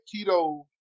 keto